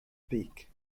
peak